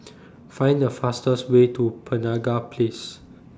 Find The fastest Way to Penaga Place